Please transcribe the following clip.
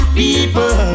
people